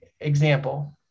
example